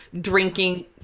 drinking